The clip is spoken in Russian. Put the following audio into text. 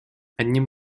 одним